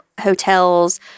hotels